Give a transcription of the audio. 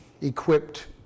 equipped